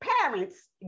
parents